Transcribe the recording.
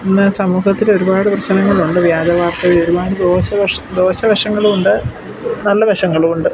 ഇന്ന് സമൂഹത്തിൽ ഒരുപാട് പ്രശ്നങ്ങളുണ്ട് വ്യാജ വാർത്ത ഒർപാട് ദോഷവശം ദോഷ വശങ്ങളുമുണ്ട് നല്ല വശങ്ങളുമുണ്ട്